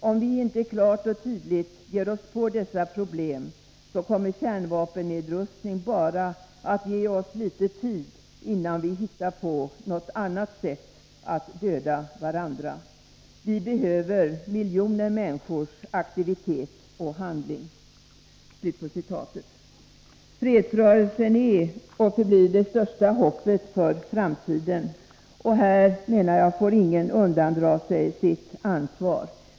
Om vi inte klart och tydligt ger oss på dessa problem kommer kärnvapennedrustning bara att ge oss litet tid innan vi hittar på något annat sätt att döda varandra. Vi behöver miljoner människors aktivitet och handling.” Fredsrörelsen är och förblir det största hoppet för framtiden, och här, menar jag, får ingen undandra sig sitt ansvar.